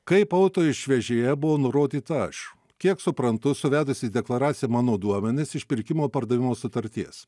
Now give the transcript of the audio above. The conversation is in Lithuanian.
kaip auto išvežėja buvau nurodyta aš kiek suprantu suvedus į deklaraciją mano duomenis iš pirkimo pardavimo sutarties